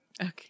Okay